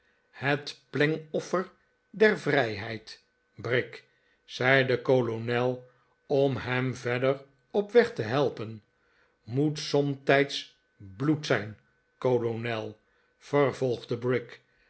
het plengoffer der vrijheid brick zei de kolonel om hem verder op weg te helpen moet somstijds bloed zijn kolonel vervolgde